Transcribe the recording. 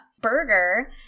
burger